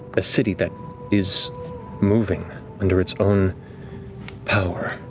a city that is moving under its own power.